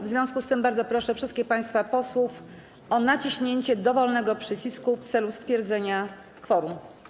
W związku z tym bardzo proszę wszystkich państwa posłów o naciśnięcie dowolnego przycisku w celu stwierdzenia kworum.